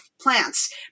plants